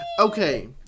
Okay